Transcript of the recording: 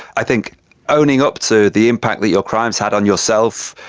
i think owning up to the impact that your crimes had on yourself,